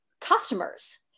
customers